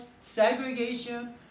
segregation